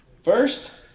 First